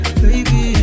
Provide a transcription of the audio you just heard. baby